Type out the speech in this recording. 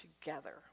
together